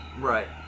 right